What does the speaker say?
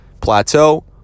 plateau